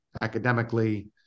academically